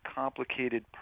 complicated